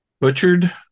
butchered